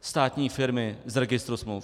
státní firmy z registru smluv.